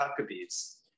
Huckabees